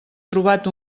trobat